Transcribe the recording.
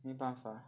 没有办法